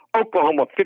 Oklahoma